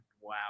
Wow